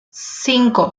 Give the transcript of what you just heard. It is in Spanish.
cinco